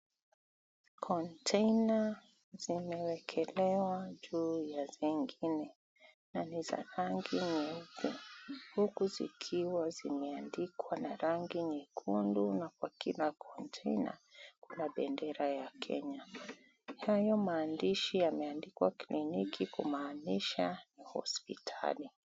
Kontena zimewekelewa juu ya zingine na ni za rangi nyeupe huku zikiwa zimeandikwa na rangi nyekundu, na kwa kila kontena na bendera ya kenya. Hayo maandishi yameandikwa kliniki kumaanisha hospitali.